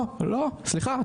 לא סליחה,